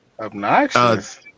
Obnoxious